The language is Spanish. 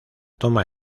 toma